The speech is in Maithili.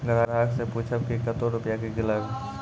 ग्राहक से पूछब की कतो रुपिया किकलेब?